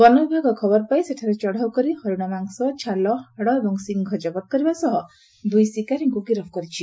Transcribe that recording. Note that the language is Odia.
ବନ ବିଭାଗ ଖବର ପାଇ ସେଠାରେ ଚଢ଼ଉ କରି ହରିଶମାଂସ ଛାଲ ହାଡ଼ ଏବଂ ଶିଙ୍ଗ ଜବତ କରିବା ସହ ଦୁଇ ଶିକାରୀଙ୍କୁ ଗିରଫ କରିଛି